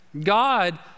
God